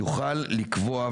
יוכל לקבוע,